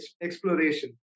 exploration